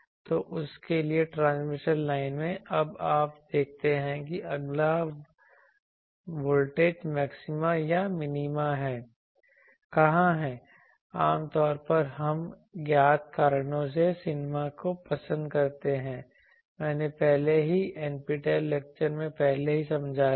तो उसके लिए ट्रांसमिशन लाइन में अब आप देखते हैं कि अगला वोल्टेज मैक्सिमा या मिनीमा कहां है आम तौर पर हम ज्ञात कारणों से मिनीमा को पसंद करते हैं मैंने पहले ही NPTEL लेक्चर में पहले ही समझाया है